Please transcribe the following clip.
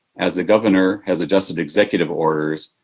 as the governor has adjusted executive orders,